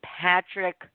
Patrick